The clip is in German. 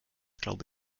glaube